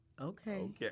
Okay